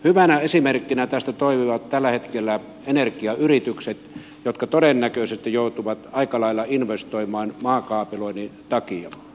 hyvänä esimerkkinä tästä toimivat tällä hetkellä energiayritykset jotka todennäköisesti joutuvat aika lailla investoimaan maakaapeloinnin takia